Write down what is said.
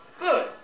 Good